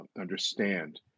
understand